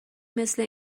مثل